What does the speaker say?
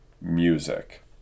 music